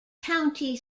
county